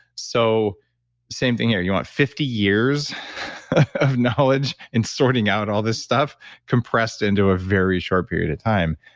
so same thing here. you want fifty years of knowledge and sorting out all this stuff compressed into a very short period of time.